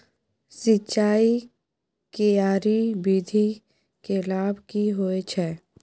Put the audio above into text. सिंचाई के क्यारी विधी के लाभ की होय छै?